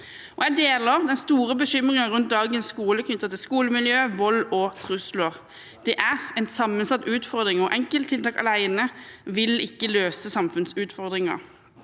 Jeg deler den store bekymringen rundt dagens skole knyttet til skolemiljø, vold og trusler. Det er en sammensatt utfordring, og enkelttiltak alene vil ikke løse samfunnsutfordringen.